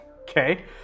Okay